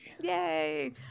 Yay